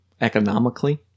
Economically